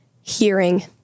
hearing